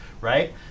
right